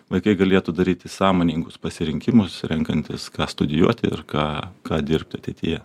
vaikai galėtų daryti sąmoningus pasirinkimus renkantis ką studijuoti ir ką ką dirbt ateityje